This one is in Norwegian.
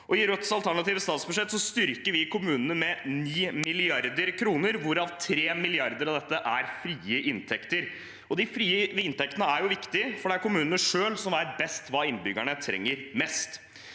I Rødts alternative statsbudsjett styrker vi kommunene med 9 mrd. kr, hvorav 3 mrd. kr av dette er frie inntekter. De frie inntektene er viktige, for det er kommunene selv som vet best hva innbyggerne trenger mest.